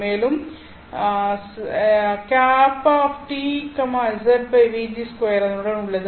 மேலும் அதனுடன் உள்ளது